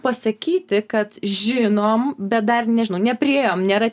pasakyti kad žinom bet dar nežinau nepriėjom nėra